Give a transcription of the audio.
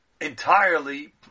entirely